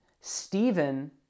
Stephen